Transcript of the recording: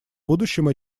будущем